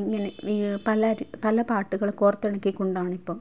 ഇങ്ങനെ ഈ പല പല പാട്ടുകൾ കോര്ത്തിണക്കികൊണ്ടാണ് ഇപ്പം